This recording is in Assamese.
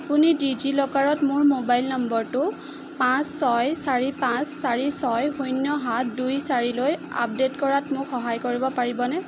আপুনি ডিজি লকাৰত মোৰ মোবাইল নম্বৰটো পাঁচ ছয় চাৰি পাঁচ চাৰি ছয় শূণ্য সাত দুই চাৰি লৈ আপডেট কৰাত মোক সহায় কৰিব পাৰিবনে